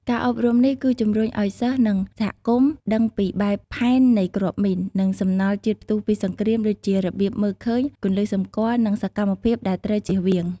ការអប់រំនេះគឺជំរុញឲ្យសិស្សនិងសហគមន៍ដឹងពីបែបផែននៃគ្រាប់មីន និងសំណល់ជាតិផ្ទុះពីសង្គ្រាម ដូចជារបៀបមើលឃើញ គន្លឹះសម្គាល់ និងសកម្មភាពដែលត្រូវចៀសវាង។